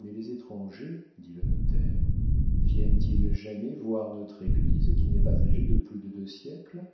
mais les étrangers dit le notaire viennent-ils jamais voir notre église qui n'est pas âgée de plus de deux siècles